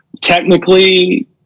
Technically